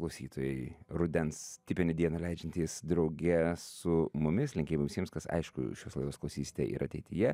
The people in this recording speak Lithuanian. klausytojai rudens tipinę dieną leidžiantys drauge su mumis linkėjimai visiems kas aišku šios laidos klausysite ir ateityje